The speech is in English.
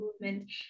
movement